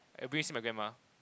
I'm going to see my grandma